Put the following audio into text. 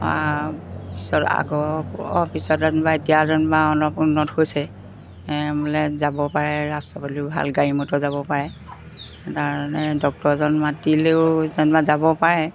অ' পিছত আকৌ পিছত যেন এতিয়া যেনিবা অলপ উন্নত হৈছে বোলে যাব পাৰে ৰাস্তা পাদূলিও ভাল গাড়ী মটৰো যাব পাৰে সেইকাৰণে ডক্টৰজন মাতিলেও যেনিবা যাব পাৰে